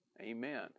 Amen